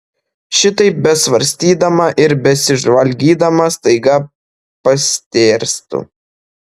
šitaip besvarstydama ir besižvalgydama staiga pastėrstu